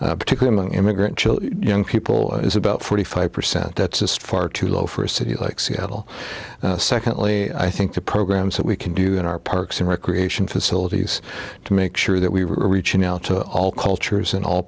rates particular among immigrant children young people is about forty five percent that's just far too low for a city like seattle secondly i think the programs that we can do in our parks and recreation facilities to make sure that we're reaching out to all cultures and all